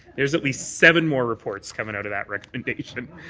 there's at least seven more reports coming out of that recommendation.